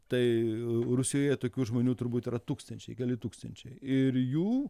tai rusijoje tokių žmonių turbūt yra tūkstančiai keli tūkstančiai ir jų